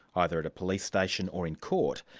either at a police station or in court,